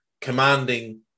commanding